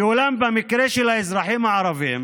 אולם במקרה של האזרחים הערבים